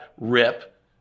rip